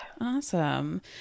Awesome